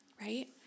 right